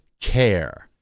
care